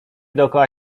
dookoła